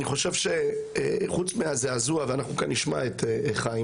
אני חושב שחוץ מהזעזוע, ואנחנו כאן נשמע את חיים,